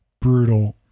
brutal